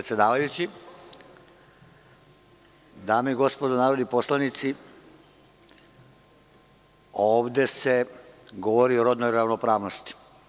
Dame i gospodo narodni poslanici, ovde se govori o rodnoj ravnopravnosti.